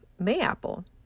mayapple